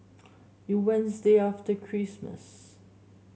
the Wednesday after Christmas